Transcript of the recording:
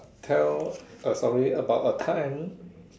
tell a story about a time